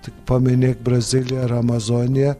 tik paminėk brazilija ar amazonija